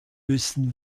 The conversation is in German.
müssen